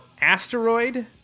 asteroid